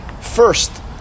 first